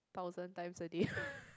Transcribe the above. thousand times a day